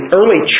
early